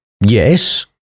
Yes